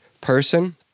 person